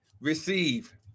receive